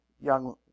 young